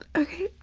okay.